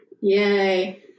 Yay